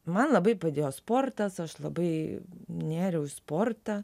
man labai padėjo sportas aš labai nėriau į sportą